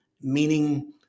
meaning